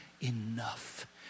enough